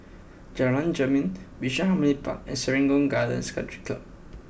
Jalan Jermin Bishan Harmony Park and Serangoon Gardens Country Club